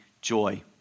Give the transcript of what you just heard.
joy